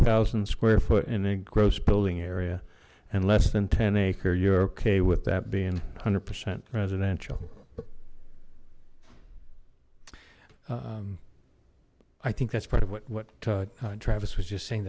thousand square foot in a gross building area and less than ten acre you're okay with that being one hundred percent residential i think that's part of what what travis was just saying